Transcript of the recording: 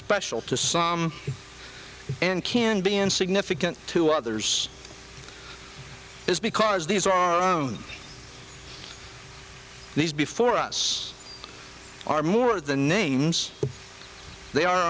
special to some and can be insignificant to others is because these are our own these before us are more the names they